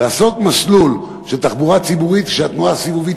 לעשות מסלול של תחבורה ציבורית שהתנועה הסיבובית